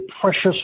precious